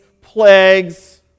plagues